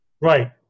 Right